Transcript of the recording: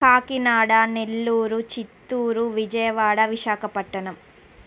Kakinada Nellore Chittoor Vijayawada Visakhapatnam